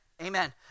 Amen